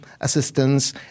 assistance